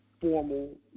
formal